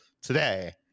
today